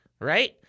right